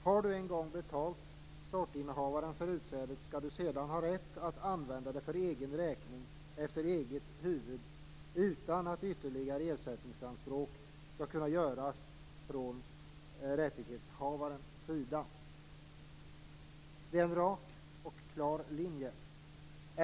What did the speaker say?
Har man en gång betalat sortinnehavaren för utsädet skall man sedan ha rätt att använda det för egen räkning efter eget huvud utan att ytterligare ersättningsanspråk skall kunna göras från rättighetsinnehavarens sida. Det är en rak och klar linje.